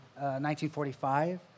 1945